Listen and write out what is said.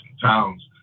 towns